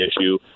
issue